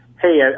hey